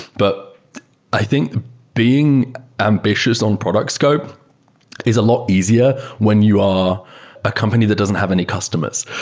but i think being ambitions on product scope is a lot easier when you are a company that doesn't have any customers.